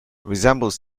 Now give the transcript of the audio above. resembles